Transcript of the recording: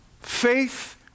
Faith